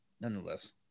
nonetheless